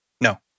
No